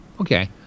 Okay